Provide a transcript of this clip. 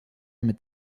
mit